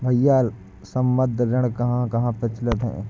भैया संबंद्ध ऋण कहां कहां प्रचलित है?